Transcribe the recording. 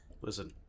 Listen